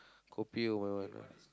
kopi O